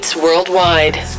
Worldwide